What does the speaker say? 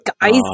guys